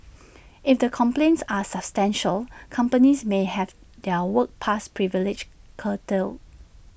if the complaints are substantiated companies may have their work pass privileges curtailed